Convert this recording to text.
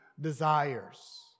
desires